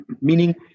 meaning